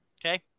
Okay